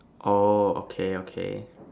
oh okay okay